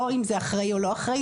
לא אם זה אחראי או לא אחראי.